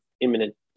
imminent